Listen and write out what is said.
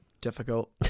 difficult